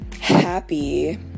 happy